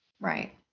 Right